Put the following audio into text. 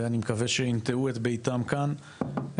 ואני מקווה שיינטעו את ביתם כאן,